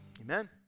Amen